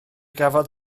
gafodd